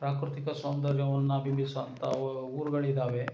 ಪ್ರಾಕೃತಿಕ ಸೌಂದರ್ಯವನ್ನು ಬಿಂಬಿಸುವಂಥ ಊರುಗಳಿದ್ದಾವೆ